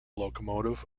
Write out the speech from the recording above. locomotive